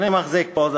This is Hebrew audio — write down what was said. אני מחזיק פה,